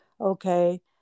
okay